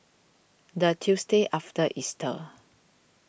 the Tuesday after Easter